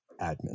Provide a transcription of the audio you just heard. admin